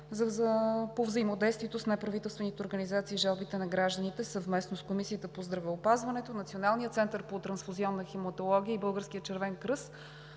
по взаимодействието с неправителствените организации и жалбите на гражданите, съвместно с Комисията по здравеопазването, Националния център по трансфузионна хематология и Българския червен кръст